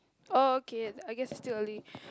oh okay I guess is still early